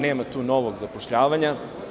Nema tu novog zapošljavanja.